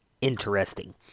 interesting